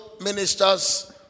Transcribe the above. ministers